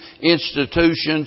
institutions